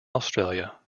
australia